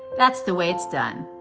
that's the way it's done.